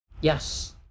Yes